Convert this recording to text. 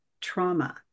trauma